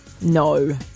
No